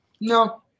No